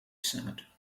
said